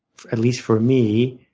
at least for me,